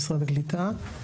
משרד הקליטה.